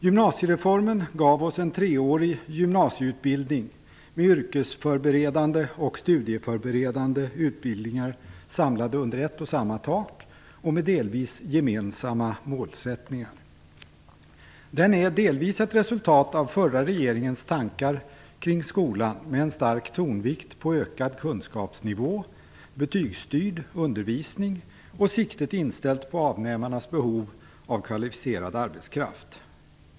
Gymnasiereformen gav oss en treårig gymnasieutbildning med yrkesförberedande och studieförberedande utbildningar samlade under ett och samma tak och med delvis gemensamma målsättningar. Den är delvis ett resultat av den förra regeringens samlade tankar kring skolan med en stark tonvikt på ökad kunskapsnivå, betygsstyrd undervisning och med siktet inställt på avnämarnas behov av kvalificerad arbetskraft.